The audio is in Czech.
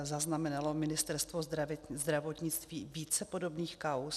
Zaznamenalo Ministerstvo zdravotnictví více podobných kauz?